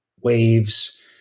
waves